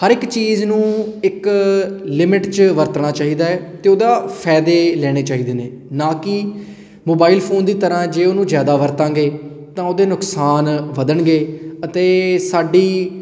ਹਰ ਇੱਕ ਚੀਜ਼ ਨੂੰ ਇੱਕ ਲਿਮਿਟ 'ਚ ਵਰਤਣਾ ਚਾਹੀਦਾ ਹੈ ਅਤੇ ਉਹਦਾ ਫਾਇਦੇ ਲੈਣੇ ਚਾਹੀਦੇ ਨੇ ਨਾ ਕਿ ਮੋਬਾਈਲ ਫੋਨ ਦੀ ਤਰ੍ਹਾਂ ਜੇ ਉਹਨੂੰ ਜ਼ਿਆਦਾ ਵਰਤਾਂਗੇ ਤਾਂ ਉਹਦੇ ਨੁਕਸਾਨ ਵਧਣਗੇ ਅਤੇ ਸਾਡੀ